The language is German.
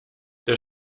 der